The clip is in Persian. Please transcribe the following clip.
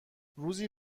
روزی